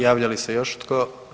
Javlja li se još tko?